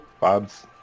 Bob's